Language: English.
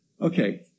Okay